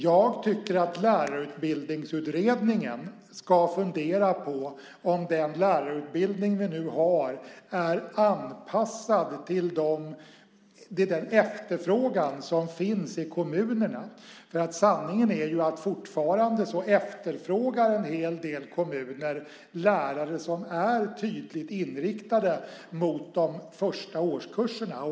Jag tycker att lärarutbildningsutredningen ska fundera på om den nuvarande lärarutbildningen är anpassad till den efterfrågan som finns i kommunerna. Sanningen är att en hel del kommuner fortfarande efterfrågar lärare som är tydligt inriktade mot de första årskurserna.